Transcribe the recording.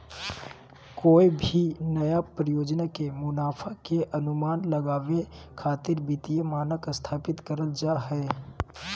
कोय भी नया परियोजना के मुनाफा के अनुमान लगावे खातिर वित्तीय मानक स्थापित करल जा हय